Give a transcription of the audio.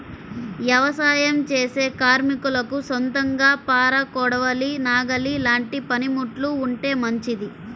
యవసాయం చేసే కార్మికులకు సొంతంగా పార, కొడవలి, నాగలి లాంటి పనిముట్లు ఉంటే మంచిది